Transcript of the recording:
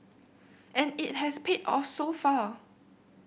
and it has paid off so far